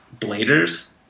bladers